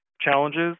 challenges